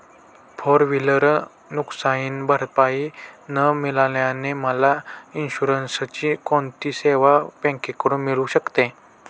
Four wheeler नुकसानभरपाई न मिळाल्याने मला इन्शुरन्सची कोणती सेवा बँकेकडून मिळू शकते?